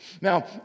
Now